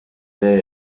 teie